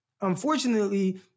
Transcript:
Unfortunately